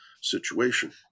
situation